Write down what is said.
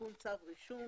תיקון צו רישום,